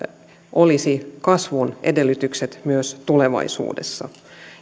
olisi kasvun edellytykset myös tulevaisuudessa